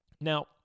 Now